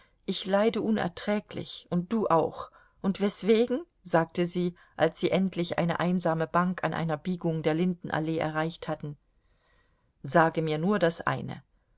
ich leide unerträglich und du auch und weswegen sagte sie als sie endlich eine einsame bank an einer biegung der lindenallee erreicht hatten sage mir nur das eine